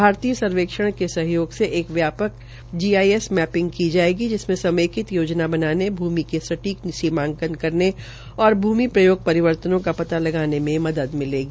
भारतीय सर्वेक्षण के सहयोग से एक व्यापक जी आई एस मैपिंग की जायेगी जिसमें समेकित योजना बनानेभूमि का स्टीक सीमाकंन करने और भूमि प्रयोग प्ररिवर्तनों का पता लगाने में मदद मिलगी